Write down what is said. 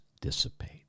dissipate